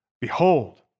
behold